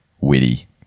Witty